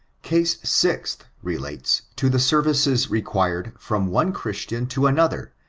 case sixth, relates to the services required from one christian to another,